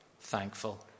thankful